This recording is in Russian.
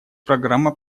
программа